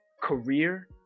career